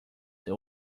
that